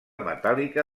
metàl·lica